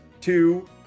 two